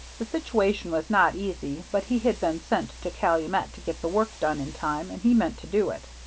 the situation was not easy, but he had been sent to calumet to get the work done in time, and he meant to do it.